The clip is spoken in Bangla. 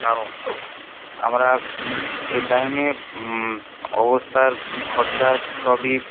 কারণ আমরা সেই টাইমে অবস্থার খরচা সবই